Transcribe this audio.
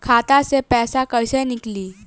खाता से पैसा कैसे नीकली?